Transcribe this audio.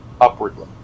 upwardly